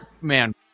Man